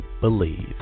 believe